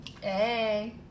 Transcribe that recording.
Hey